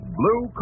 blue